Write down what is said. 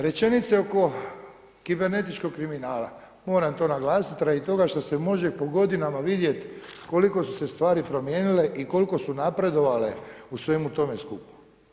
Rečenice oko kibernetičkog kriminala, moram to naglasit radi toga što se može po godinama vidjeti koliko su se stvari promijenile i koliko su napredovale u svemu tome skupa.